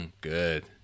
Good